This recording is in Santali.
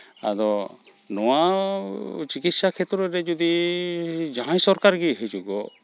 ᱟᱫᱚ ᱱᱚᱣᱟ ᱪᱤᱠᱤᱥᱥᱟ ᱠᱷᱮᱛᱨᱚ ᱨᱮ ᱡᱩᱫᱤ ᱡᱟᱦᱟᱸᱭ ᱥᱚᱨᱠᱟᱨ ᱜᱮᱭ ᱦᱤᱡᱩᱜᱚᱜ